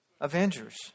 Avengers